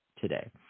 today